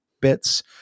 bits